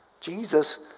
Jesus